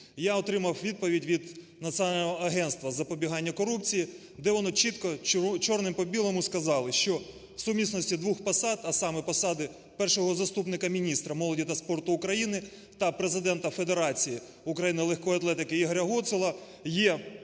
Я отримав відповідь від Національного агентства з запобігання корупції, де вони чітко чорним по білому сказали, що в сумісності двох посад, а саме посади першого заступника міністра молоді та спорту України та президента Федерації України легкої атлетики Ігоря Гуцула є